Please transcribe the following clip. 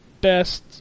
best